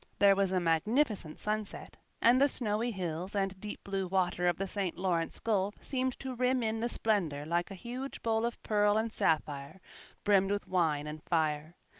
there was a magnificent sunset, and the snowy hills and deep-blue water of the st. lawrence gulf seemed to rim in the splendor like a huge bowl of pearl and sapphire brimmed with wine and fire.